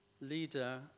leader